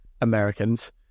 Americans